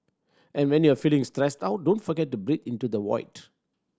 and when you are feeling stressed out don't forget to breathe into the void